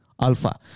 alpha